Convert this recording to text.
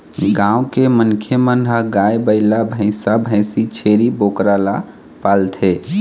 गाँव के मनखे मन ह गाय, बइला, भइसा, भइसी, छेरी, बोकरा ल पालथे